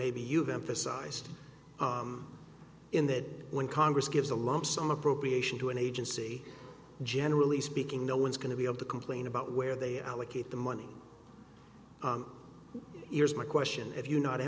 maybe you've emphasized in that when congress gives a lump sum appropriation to an agency generally speaking no one's going to be able to complain about where they are allocated the money here's my question have you not